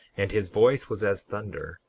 and his voice was as thunder,